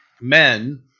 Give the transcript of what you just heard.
men